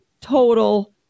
total